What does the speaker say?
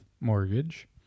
mortgage